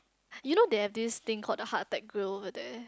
you know they have this thing called the heart attack grill over there